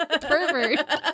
pervert